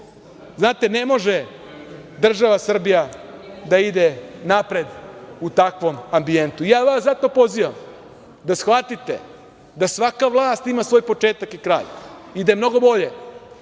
redu. Znate, ne može država Srbija da ide napred u takvom ambijentu. Zato vas pozivam da shvatite da svaka vlast ima svoj početak i kraj i da je mnogo bolje